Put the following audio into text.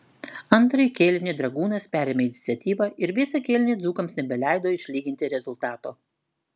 antrąjį kėlinį dragūnas perėmė iniciatyvą ir visą kėlinį dzūkams nebeleido išlyginti rezultato